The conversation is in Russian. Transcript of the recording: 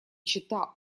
чета